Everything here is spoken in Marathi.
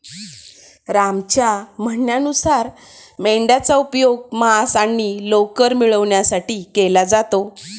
रामच्या म्हणण्यानुसार मेंढयांचा उपयोग मांस आणि लोकर मिळवण्यासाठी केला जातो